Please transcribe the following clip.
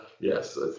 yes